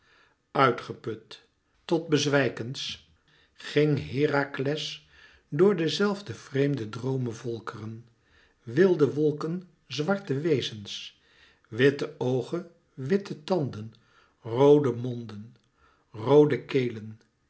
tot bezwijkens ging herakles door de zelfde vreemde droomevolkeren wilde wolken zwarter wezens witte oogen witte tanden roode monden roode kelen